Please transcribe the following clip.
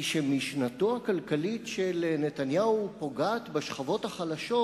שמשנתו הכלכלית של נתניהו פוגעת בשכבות החלשות,